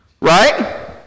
Right